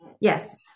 Yes